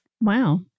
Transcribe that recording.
Wow